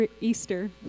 Easter